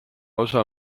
osa